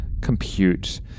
compute